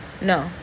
no